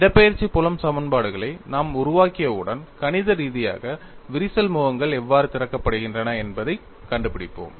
இடப்பெயர்ச்சி புலம் சமன்பாடுகளை நாம் உருவாக்கியவுடன் கணித ரீதியாக விரிசல் முகங்கள் எவ்வாறு திறக்கப்படுகின்றன என்பதைக் கண்டுபிடிப்போம்